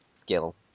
skill